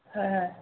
হয় হয়